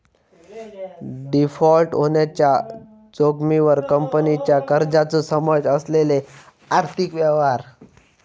default होण्याच्या जोखमीवर कंपनीच्या कर्जाचो समावेश असलेले आर्थिक व्यवहार